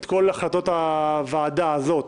את כל החלטות הוועדה הזאת